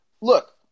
look